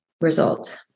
result